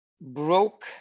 broke